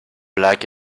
black